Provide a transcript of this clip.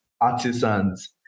artisans